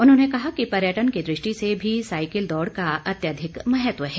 उन्होंने कहा कि पर्यटन की दृष्टि से भी साइकिल दौड़ का अत्यधिक महत्व है